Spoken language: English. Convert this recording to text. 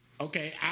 okay